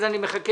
אז אני מחכה.